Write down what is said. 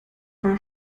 war